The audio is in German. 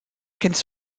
kennst